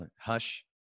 Hush